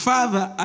Father